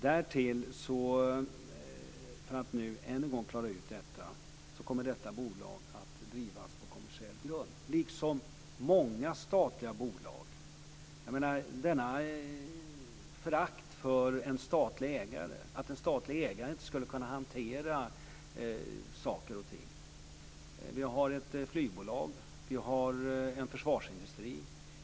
Därtill kommer detta bolag, för att nu än en gång klara ut detta, att drivas på kommersiell grund - liksom många statliga bolag. Jag förstår inte detta förakt för en statlig ägare, tron att en statlig inte skulle kunna hantera saker och ting. Vi har ett flygbolag. Vi har en försvarsindustri.